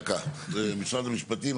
זה בשוליים.